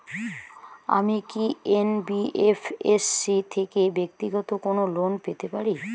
আমি কি এন.বি.এফ.এস.সি থেকে ব্যাক্তিগত কোনো লোন পেতে পারি?